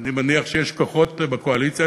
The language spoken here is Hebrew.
אני מניח שיש כוחות בקואליציה.